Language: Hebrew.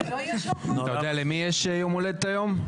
יודע למי יש יום הולדת היום?